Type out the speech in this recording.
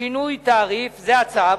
(שינוי תעריף) זה הצו,